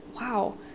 wow